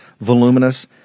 voluminous